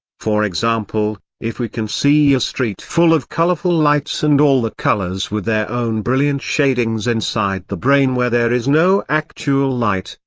for example if we can see a street full of colorful lights and all the colors with their own brilliant shadings inside the brain where there is no actual light,